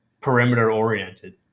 perimeter-oriented